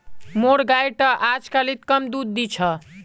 मोर गाय टा अजकालित कम दूध दी छ